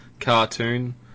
cartoon